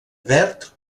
verd